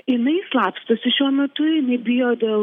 jinai slapstosi šiuo metu jinai bijo dėl